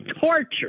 torture